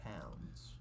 pounds